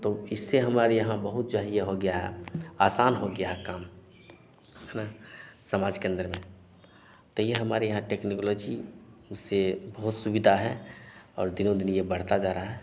तो इससे हमारे यहाँ बहुत जो है यह हो गया है आसान हो गया है काम है ना समाज के अंदर में तो यह हमारे यहाँ टेक्निकलॉजी उससे बहुत सुविधा है और दिनों दिन यह बढ़ता जा रहा है